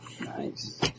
Nice